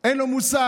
אין לי מוסר.